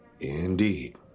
Indeed